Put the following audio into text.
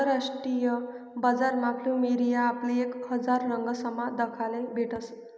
आंतरराष्ट्रीय बजारमा फ्लुमेरिया आपले एक हजार रंगसमा दखाले भेटस